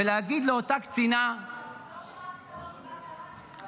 אז איך היית תומך בחוק המעונות?